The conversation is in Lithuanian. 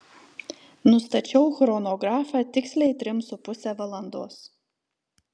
nustačiau chronografą tiksliai trim su puse valandos